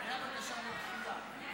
אדוני, אנחנו ביקשנו דחייה.